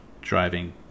driving